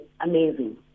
amazing